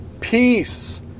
peace